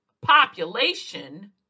population